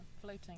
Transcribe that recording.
floating